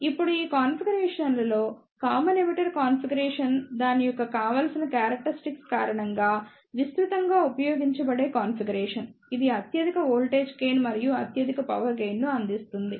ఇప్పుడు ఈ కాన్ఫిగరేషన్లలో కామన్ ఎమిటర్ కాన్ఫిగరేషన్ దాని యొక్క కావాల్సిన క్యారక్టరిస్టిక్స్ కారణంగా విస్తృతంగా ఉపయోగించబడే కాన్ఫిగరేషన్ ఇది అత్యధిక వోల్టేజ్ గెయిన్ మరియు అత్యధిక పవర్ గెయిన్ ను అందిస్తుంది